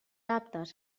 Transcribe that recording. aptes